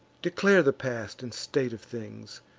declare the past and state of things,